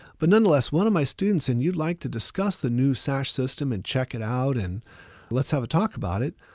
but nonetheless, one of my students and you'd like to discuss the new sash system and check it out and let's have a talk about it,